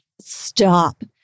stop